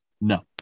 No